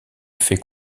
fait